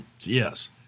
Yes